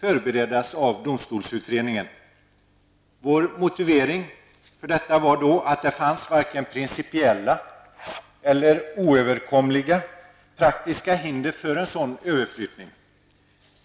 förberedas av domstolsutredningen. Vår motivering för detta var att det varken fanns principiella eller oöverkomliga praktiska hinder för en sådan överflyttning.